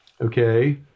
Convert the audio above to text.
Okay